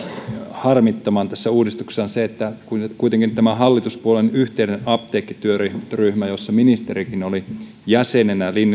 harmittamaan tässä uudistuksessa on se että kuitenkin tämä hallituspuolueiden yhteinen apteekkityöryhmä jossa ministerikin oli jäsenenä